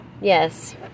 yes